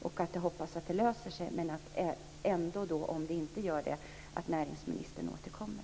Jag hoppas att det löser sig, men om det inte gör det hoppas jag att näringsministern återkommer.